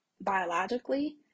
biologically